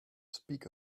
speak